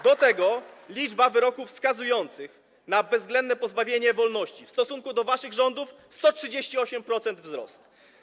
Do tego liczba wyroków skazujących na bezwzględne pozbawienie wolności w stosunku do waszych rządów - 138% wzrostu.